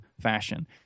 fashion